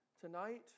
tonight